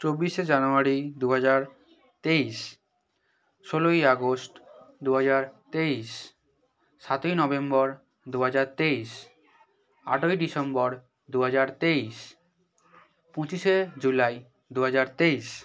চব্বিশে জানুয়ারি দুহাজার তেইশ ষোলোই আগস্ট দুহাজার তেইশ সাতই নভেম্বর দুহাজার তেইশ আটই ডিসেম্বর দুহাজার তেইশ পঁচিশে জুলাই দুহাজার তেইশ